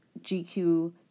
GQ